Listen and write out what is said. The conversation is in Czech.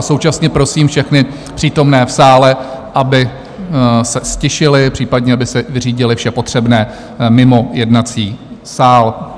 Současně prosím všechny přítomné v sále, aby se ztišili, případně aby si vyřídili vše potřebné mimo jednací sál.